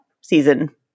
season